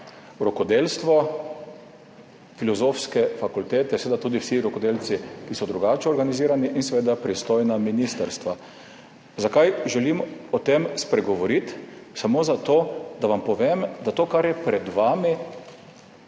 rokodelstvo Filozofske fakultete, seveda tudi vsi rokodelci, ki so drugače organizirani, in pristojna ministrstva. Zakaj želim spregovoriti o tem? Samo zato, da vam povem, da je bilo to, kar je pred vami,